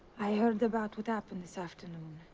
i heard about what happened this afternoon.